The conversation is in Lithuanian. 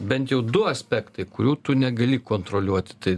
bent jau du aspektai kurių tu negali kontroliuoti tai